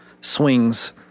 swings